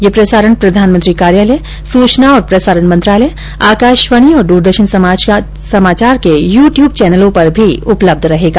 यह प्रसारण प्रधानमंत्री कार्यालय सूचना और प्रसारण मंत्रालय आकाशवाणी और दूरदर्शन समाचार के यू ट्यूब चैनलों पर भी उपलब्ध रहेगा